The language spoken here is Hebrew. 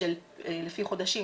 לפי חודשים,